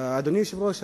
אדוני היושב-ראש,